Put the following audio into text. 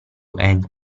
and